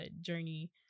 journey